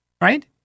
right